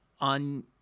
on